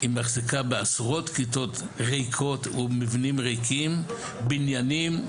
היא מחזיקה בעשרות כיתות ריקות ומבנים ריקים בניינים,